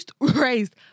raised